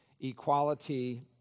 equality